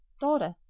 Daughter